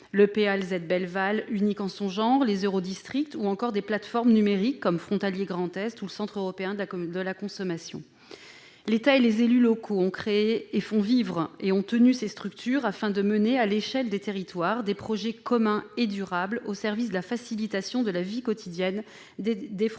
Alzette-Belval, unique en son genre, les eurodistricts, ou encore des plateformes numériques comme Frontaliers Grand-Est ou le Centre européen de la consommation. L'État et les élus locaux ont créé et font vivre ces structures afin de mener, à l'échelle des territoires, des projets communs et durables au service de la facilitation de la vie quotidienne des frontaliers.